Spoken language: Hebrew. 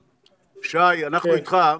שי, אנחנו איתך.